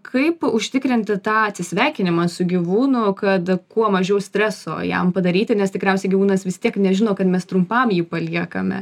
kaip užtikrinti tą atsisveikinimą su gyvūnu kad kuo mažiau streso jam padaryti nes tikriausiai gyvūnas vis tiek nežino kad mes trumpam jį paliekame